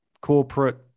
corporate